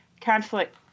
conflict